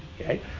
okay